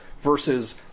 versus